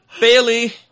bailey